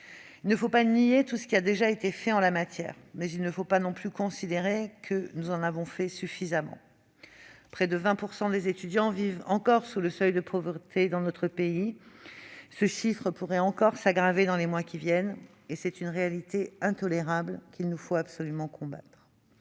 Il ne faut pas nier tout ce qui a déjà été fait en la matière, mais il ne faut pas non plus considérer que nous en avons fait suffisamment. Près de 20 % des étudiants vivent encore sous le seuil de pauvreté dans notre pays, et ce chiffre pourrait s'aggraver dans les mois qui viennent : c'est une réalité intolérable qu'il convient de résolument combattre.